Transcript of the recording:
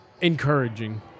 encouraging